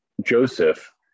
Joseph